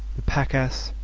the pack-ass,